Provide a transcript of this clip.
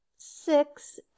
six